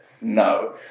No